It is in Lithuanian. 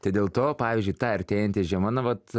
tai dėl to pavyzdžiui ta artėjanti žiema na vat